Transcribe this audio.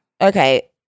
Okay